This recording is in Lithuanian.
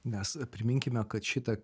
nes priminkime kad šitą